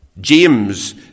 James